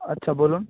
আচ্ছা বলুন